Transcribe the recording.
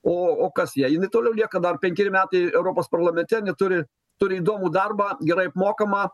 o o kas jai jinai toliau lieka dar penkeri metai europos parlamente jinai turi turi įdomų darbą gerai apmokamą